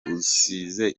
usize